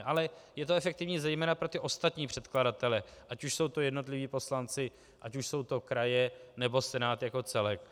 Ale je to efektivní zejména pro ty ostatní předkladatele, ať už jsou to jednotliví poslanci, ať už jsou to kraje, nebo Senát jako celek.